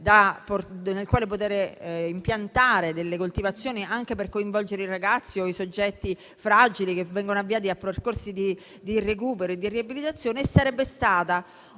dove poter impiantare coltivazioni, anche per coinvolgere i ragazzi o i soggetti fragili che vengono avviati a percorsi di recupero e di riabilitazione. Sarebbe stata